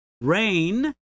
Rain